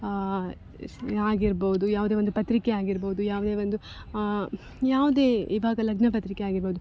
ಆಗಿರ್ಬೌದು ಯಾವುದೇ ಒಂದು ಪತ್ರಿಕೆ ಆಗಿರ್ಬೌದು ಯಾವುದೇ ಒಂದು ಯಾವುದೇ ಇವಾಗ ಲಗ್ನಪತ್ರಿಕೆ ಆಗಿರ್ಬೌದು